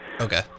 Okay